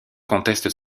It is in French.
conteste